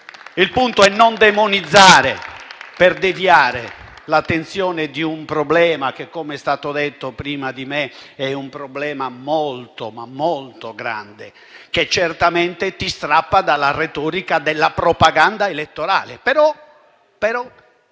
Il punto è non demonizzare per deviare l'attenzione da un problema che, come è stato detto prima di me, è molto grande, che certamente ti strappa dalla retorica della propaganda elettorale. Però avete